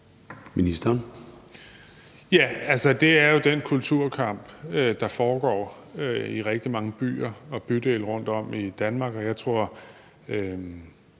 Bek): Ja, det er jo den kulturkamp, der foregår i rigtig mange byer og bydele rundtom i Danmark, og jeg tror,